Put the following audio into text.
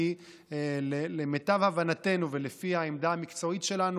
כי למיטב הבנתנו ולפי העמדה המקצועית שלנו,